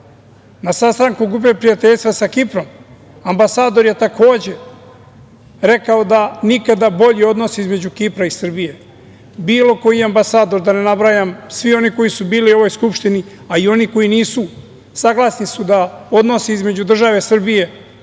Na sastanku Grupe prijateljstva sa Kiprom, ambasador je takođe rekao da nikada bolji odnosi između Kipra i Srbije. Bilo koji ambasador, da ne nabrajam, svi oni koji su bili u ovoj Skupštini, a i oni koji nisu, saglasni su da odnosi između države Srbije